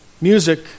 music